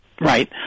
Right